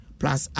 plus